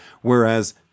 whereas